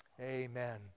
Amen